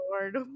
Lord